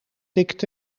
tikt